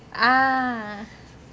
ah